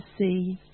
see